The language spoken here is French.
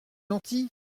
gentil